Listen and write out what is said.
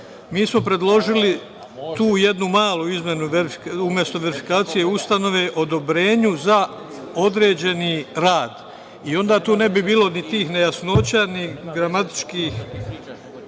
Mi smo predložili tu jednu malu izmenu umesto „verifikacija ustanove“ – „odobrenju za određeni rad“ i onda tu ne bi bilo ni tih nejasnoća, ni gramatičkih